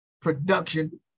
production